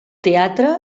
teatre